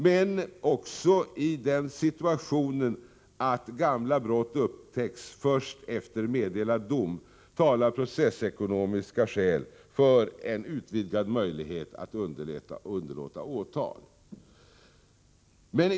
Men även i den situationen att gamla brott upptäcks först efter en meddelad dom, talar processekonomiska skäl för en utvidgad möjlighet att underlåta åtal.